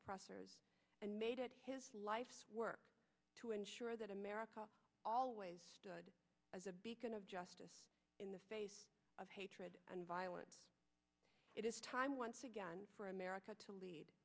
processor and made it his life's work to ensure that america always stood as a beacon of justice in the face of hatred and violence it is time once again for america to lead